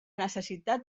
necessitat